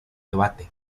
debate